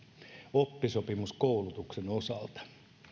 oppisopimuskoulutuksen osalta